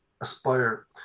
aspire